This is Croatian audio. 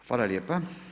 Hvala lijepa.